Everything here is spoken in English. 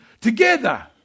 together